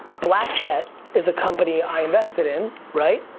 black jet is a company i invested in right,